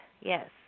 yes